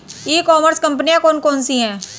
ई commerce कंपनियाँ कौन कौन सी हैं?